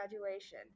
graduation